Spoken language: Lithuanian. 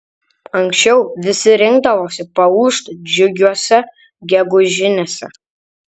anksčiau visi rinkdavosi paūžt džiugiose gegužinėse